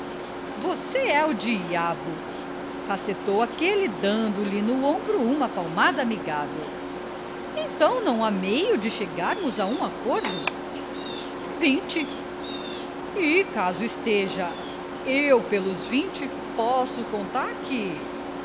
você é o diabo faceteou aquele dando-lhe no ombro uma palmada amigável então não há meio de chegarmos a um acordo vinte e caso esteja eu pelos vinte posso contar que